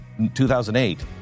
2008